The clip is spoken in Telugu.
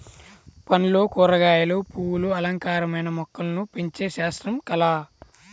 పండ్లు, కూరగాయలు, పువ్వులు అలంకారమైన మొక్కలను పెంచే శాస్త్రం, కళ